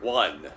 one